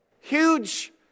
Huge